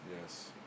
Yes